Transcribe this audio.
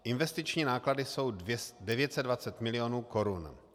Investiční náklady jsou 920 milionů korun.